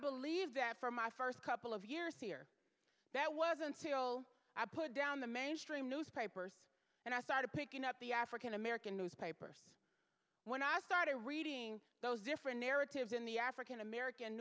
believe that for my first couple of years here that was until i put down the mainstream newspapers and i started picking up the african american newspapers when i started reading those different narratives in the african american